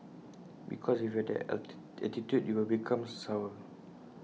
because if you have that attitude you will become sour